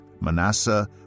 Manasseh